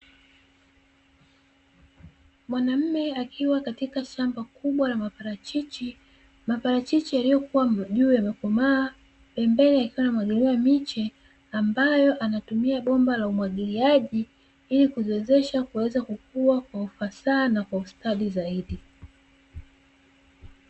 Mwanaume akiwa katika shamba kubwa la maparachichi, maparachichi yaliyokuwa juu yamekomaa, pembeni yakiwa yanamwagiliwa miche ambayo anatumia bomba la umwagiliaji ili kuiwezesha kukua kwa ufasaha na kwa ustadi zaidi.